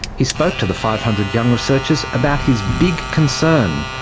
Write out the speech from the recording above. he spoke to the five hundred young researchers about his big concern,